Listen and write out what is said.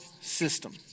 system